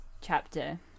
chapter